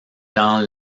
dans